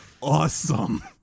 awesome